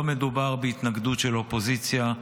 לא מדובר בהתנגדות של אופוזיציה,